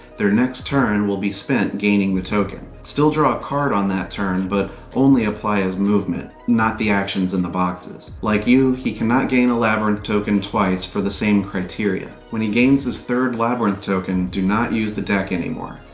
their next turn will be spent gaining the token. still draw a card on that turn, but only apply his movement, not the actions in the boxes. like you, he cannot gain a labyrinth token twice for the same criteria. when he gains his third labyrinth token, do not use the deck anymore.